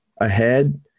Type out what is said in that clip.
ahead